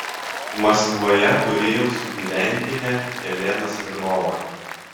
maskvoje turėjau sugyventinę jeleną smirnovą